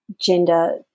gender